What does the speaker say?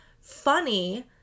funny